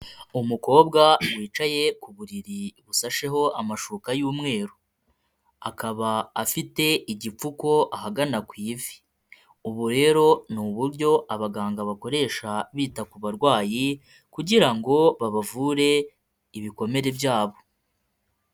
Umukobwa wicaye ku buriri busasheho amashuka y'umweru, akaba afite igipfuko ahagana ku ivi, ubu rero ni uburyo abaganga bakoresha bita ku barwayi kugira ngo babavure ibikomere byabo.